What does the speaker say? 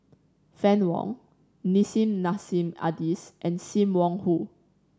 Fann Wong Nissim Nassim Adis and Sim Wong Hoo